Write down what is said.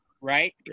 right